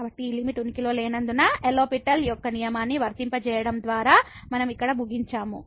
కాబట్టి ఈ లిమిట్ ఉనికిలో లేనందున లో పిటెల్L'Hospital యొక్క నియమాన్ని వర్తింపజేయడం ద్వారా మనం ఇక్కడ ముగించాము